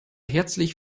herzlich